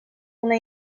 una